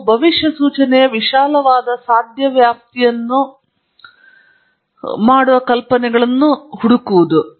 ಮೂರನೆಯದಾಗಿ ನೀವು ಭವಿಷ್ಯಸೂಚನೆಯ ವಿಶಾಲವಾದ ಸಾಧ್ಯ ವ್ಯಾಪ್ತಿಯನ್ನು ಮಾಡುವ ಪರಿಕಲ್ಪನೆಗಳನ್ನು ಹುಡುಕುವುದು